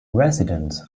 residents